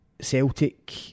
Celtic